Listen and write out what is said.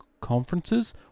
conferences